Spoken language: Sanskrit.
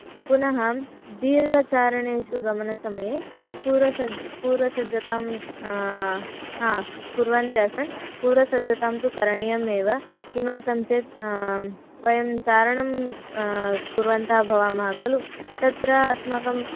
पुनः दीर्घचारणेषु गमनसमये पूर्वसज्जता पूर्वसज्जतां हा कुर्वन्त्यासं पूर्वसज्जतां तु करणीयम् एव किमर्थं चेत् वयं चारणं कुर्वन्तः भवामः खलु तत्र अस्माकम्